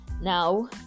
now